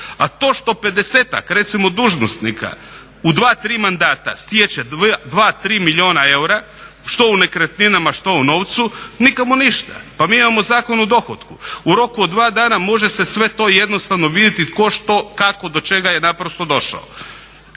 A to što pedesetak recimo dužnosnika u dva, tri mandata stječe 2,3 milijuna eura što u nekretninama, što u novcu nikomu ništa. Pa mi imamo Zakon o dohotku, u roku od 2 dana može se sve to jednostavno vidjeti tko, što, kako, do čega je naprosto došao.